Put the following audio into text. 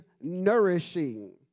nourishing